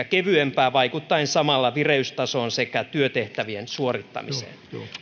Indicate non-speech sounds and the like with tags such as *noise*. *unintelligible* kevyempää vaikuttaen samalla vireystasoon sekä työtehtävien suorittamiseen